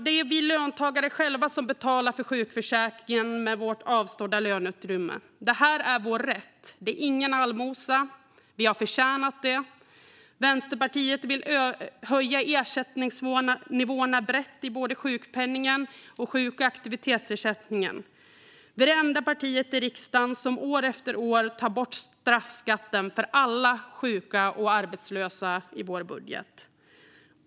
Det är vi löntagare själva som betalar för sjukförsäkringen med vårt avstådda löneutrymme. Det är vår rätt. Det är ingen allmosa - vi har förtjänat det. Vänsterpartiet vill höja ersättningsnivåerna brett i både sjukpenningen och sjuk och aktivitetsersättningen. Vi är det enda partiet i riksdagen som år efter år tar bort straffskatten för alla sjuka och arbetslösa i vår budget.